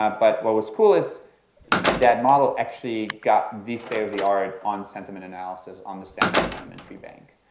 um but what was cool is that model actually got the state of the art on sentiment analysis on the stanford sentiment treebank.